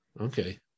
Okay